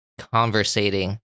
conversating